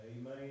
Amen